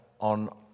on